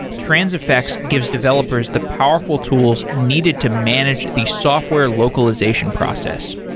transifex gives developers the powerful tools needed to manage the software localization process.